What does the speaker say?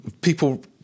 people